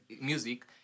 music